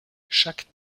chaque